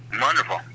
Wonderful